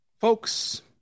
Folks